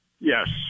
Yes